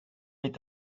est